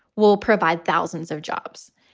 we'll provide thousands of jobs.